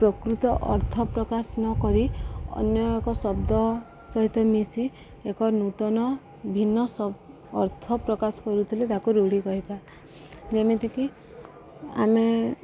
ପ୍ରକୃତ ଅର୍ଥ ପ୍ରକାଶ ନ କରି ଅନ୍ୟ ଏକ ଶବ୍ଦ ସହିତ ମିଶି ଏକ ନୂତନ ଭିନ୍ନ ଅର୍ଥ ପ୍ରକାଶ କରୁଥିଲେ ତାକୁ ରୂଢ଼ି କହିବା ଯେମିତିକି ଆମେ